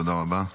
תודה רבה.